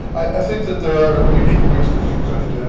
i think that there are unique ways that we could,